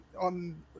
on